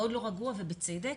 מאוד לא רגוע ובצדק.